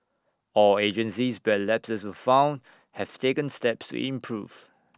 all agencies where lapses were found have taken steps to improve